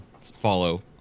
follow